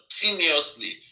continuously